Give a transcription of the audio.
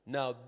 Now